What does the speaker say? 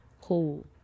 cool